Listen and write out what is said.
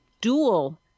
dual